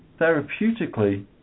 Therapeutically